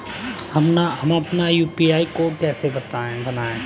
हम अपना UPI code कैसे बनाएँ?